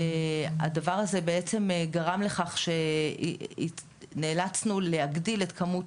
הדבר הזה בעצם גרם לכך שנאלצנו להגדיל את כמות